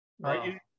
right